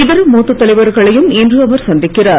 இதர மூத்த தலைவர்களையும் இன்று அவர் சந்திக்கிறார்